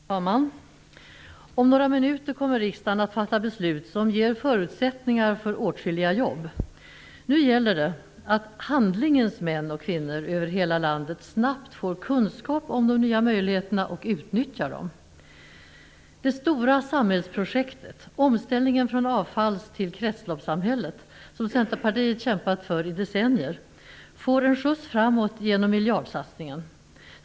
Fru talman! Om några minuter kommer riksdagen att fatta beslut som ger förutsättningar för åtskilliga jobb. Nu gäller det att handlingens män och kvinnor över hela landet snabbt får kunskap om de nya möjligheterna och utnyttjar dem. Det stora samhällsprojektet, omställningen från avfalls till kretsloppssamhället som Centerpartiet har kämpat för i decennier, får en skjuts framåt genom miljardsatsningen.